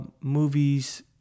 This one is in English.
movies